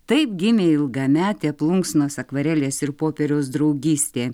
taip gimė ilgametė plunksnos akvarelės ir popieriaus draugystė